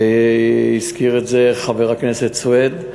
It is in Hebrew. הזכיר את זה חבר הכנסת סוייד,